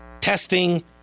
Testing